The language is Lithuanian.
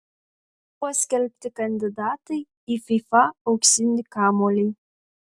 paskelbti kandidatai į fifa auksinį kamuolį